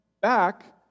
back